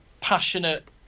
passionate